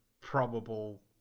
probable